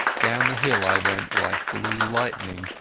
down the hill i went like blue lightning,